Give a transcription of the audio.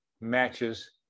matches